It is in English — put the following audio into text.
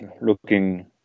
looking